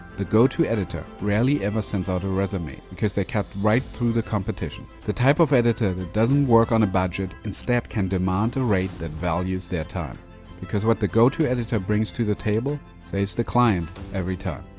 the go-to editor rarely ever sends out a resume because they kept right through the competition. the type of editor that doesn't work on a budget, instead can demand a rate that values their time because what the go-to editor brings to the table saves the client every time.